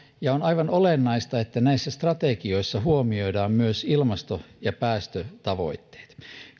ja on aivan olennaista että näissä strategioissa huomioidaan myös ilmasto ja päästötavoitteet